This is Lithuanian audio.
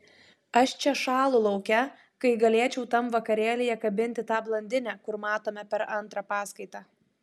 aš čia šąlu lauke kai galėčiau tam vakarėlyje kabinti tą blondinę kur matome per antrą paskaitą